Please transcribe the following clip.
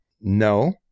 No